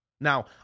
now